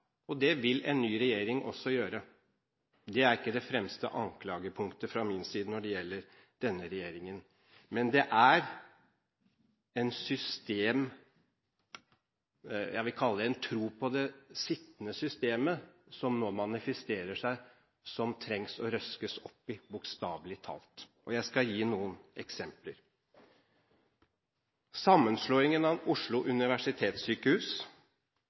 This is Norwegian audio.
Det vil en ny regjering også gjøre. Det er ikke det fremste anklagepunktet fra min side når det gjelder denne regjeringen. Men det er noe jeg vil kalle en tro på det sittende systemet som nå manifesterer seg, og som det trengs å røskes opp i – bokstavelig talt. Jeg skal gi noen eksempler. Sammenslåingen til Oslo universitetssykehus